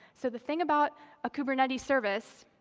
so the thing about a kubernetes service,